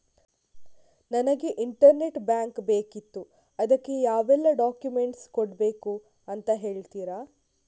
ನನಗೆ internet bank ಬೇಕಿತ್ತು ಅದಕ್ಕೆ ಯಾವೆಲ್ಲಾ ಡಾಕ್ಯುಮೆಂಟ್ಸ್ ಕೊಡ್ಬೇಕು ಅಂತ ಹೇಳ್ತಿರಾ?